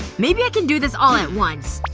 maybe i can do this all at once,